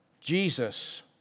Jesus